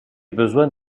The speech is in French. besoin